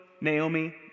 Naomi